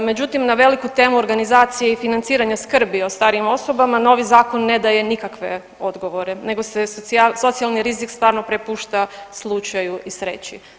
Međutim, na veliku temu organizacije i financiranja skrbi o starijim osobama, novi zakon ne daje nikakve odgovore nego se socijalni rizik stvarno prepušta slučaju i sreći.